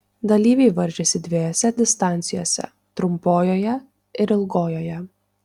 dalyviai varžėsi dviejose distancijose trumpojoje ir ilgojoje